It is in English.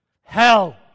Hell